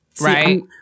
right